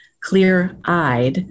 clear-eyed